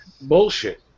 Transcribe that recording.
bullshit